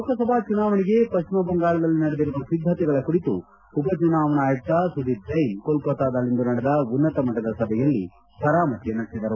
ಲೋಕಸಭಾ ಚುನಾವಣೆಗೆ ಪಶ್ಚಿಮ ಬಂಗಾಳದಲ್ಲಿ ನಡೆದಿರುವ ಸಿದ್ದತೆಗಳ ಕುರಿತು ಉಪಚುನಾವಣಾ ಆಯುಕ್ತ ಸುದೀಪ್ ಜೈನ್ ಕೊಲ್ನತ್ತಾದಲ್ಲಿಂದು ನಡೆದ ಉನ್ನತ ಮಟ್ಟದ ಸಭೆಯಲ್ಲಿ ಪರಾಮರ್ತೆ ನಡೆಸಿದರು